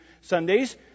Sundays